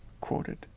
quoted